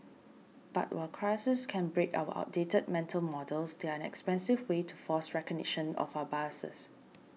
but while crises can break our outdated mental models they are an expensive way to force recognition of our biases